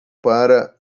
para